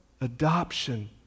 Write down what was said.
adoption